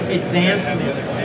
advancements